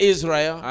Israel